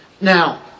Now